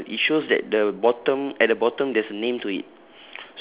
uh it shows that the bottom at the bottom there's a name to it